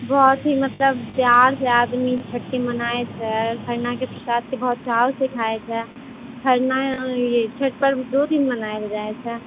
बहुत ही मतलब प्यार से आदमी छठि के मनाइ छै खरना के प्रसाद के बहुत चाव से खाइ छै खरना इ छठि पर्व दो दिन मनायल जाइ छै